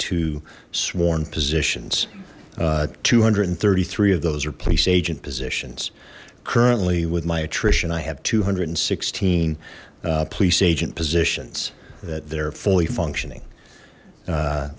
two sworn positions two hundred and thirty three of those are police agent positions currently with my attrition i have two hundred and sixteen police agent positions that they're fully functioning